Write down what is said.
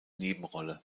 nebenrolle